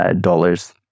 dollars